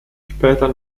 später